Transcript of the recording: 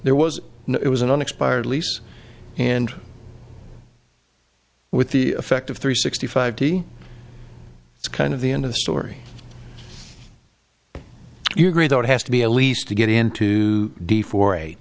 there was no it was an expired lease and with the effect of three sixty five it's kind of the end of the story you agree that it has to be a lease to get into d for a